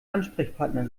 ansprechpartner